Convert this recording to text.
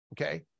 okay